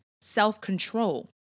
self-control